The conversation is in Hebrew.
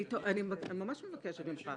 אני ממש מבקשת ממך.